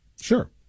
Sure